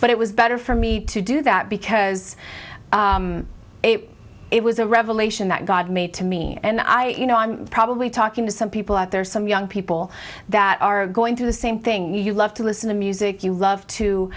but it was better for me to do that because it was a revelation that god made to me and i you know i'm probably talking to some people out there some young people that are going through the same thing you love to listen to music you love to